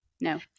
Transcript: no